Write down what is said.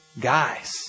Guys